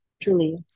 truly